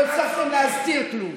לא הצלחתם להסדיר כלום,